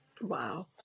Wow